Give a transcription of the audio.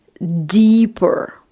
deeper